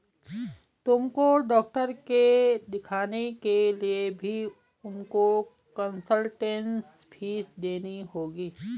तुमको डॉक्टर के दिखाने के लिए भी उनको कंसलटेन्स फीस देनी होगी